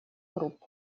групп